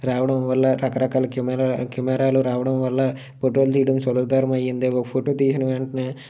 రావడం వల్ల రకరకాల కెమెరా కెమెరాలు రావడం వల్ల ఫోటోలు తీయడం సులువతరమైంది ఒక ఫోటో తీసిన వెంటనే